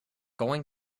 going